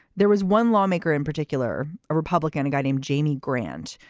there was one lawmaker, in particular a republican, a guy named jamie grant,